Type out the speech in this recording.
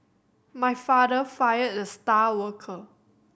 my father fired the star worker